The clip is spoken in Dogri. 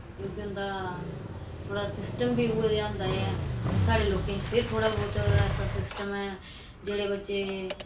क्योंकि उं'दा थोह्ड़ा सिस्टम बी उ'ऐ देआ होंदा ऐ साढ़े लोकें च फिर थोह्ड़ा बौह्त ऐसा सिस्टम ऐ जेह्ड़े बच्चे